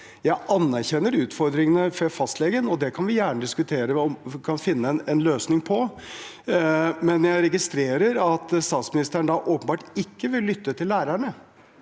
Jeg anerkjenner utfordringene for fastlegene, og vi kan gjerne diskutere om vi kan finne en løsning på det. Jeg registrerer at statsministeren åpenbart ikke vil lytte til lærerne.